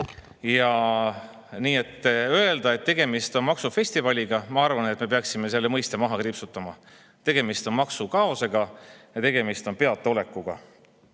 Nii et öelda, et tegemist on maksufestivaliga – ma arvan, et me peaksime selle mõiste maha kriipsutama. Tegemist on maksukaosega ja tegemist on peataolekuga.